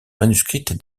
manuscrite